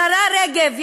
השרה רגב,